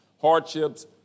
hardships